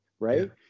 right